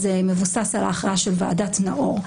זה מבוסס על הכרעה של ועדת נאור.